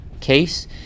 case